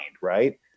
right